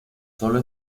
solo